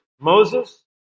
Moses